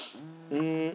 oh